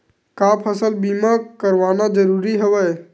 का फसल बीमा करवाना ज़रूरी हवय?